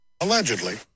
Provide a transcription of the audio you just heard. allegedly